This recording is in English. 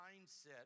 mindset